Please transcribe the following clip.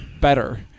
better